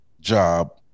job